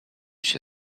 się